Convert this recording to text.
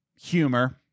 Humor